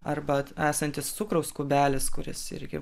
arba esantis cukraus kubelis kuris irgi